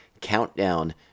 Countdown